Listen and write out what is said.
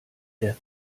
der